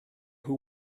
who